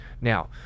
Now